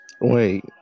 Wait